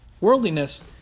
worldliness